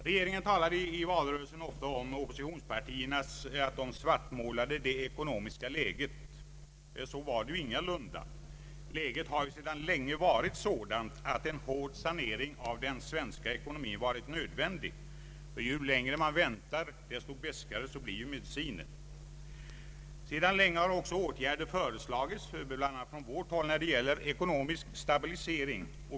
Regeringen talade i valrörelsen ofta om att oppositionspartierna svartmålade det ekonomiska läget. Så var det ju ingalunda. Läget har sedan länge varit sådant att en hård sanering av den svenska ekonomin varit nödvändig. Ju längre man väntar, desto beskare blir medicinen. Sedan länge har också åtgärder föreslagits, bl.a. från vårt håll, för ekonomisk stabilisering.